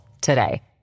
today